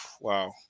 Wow